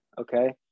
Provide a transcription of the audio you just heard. Okay